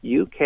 UK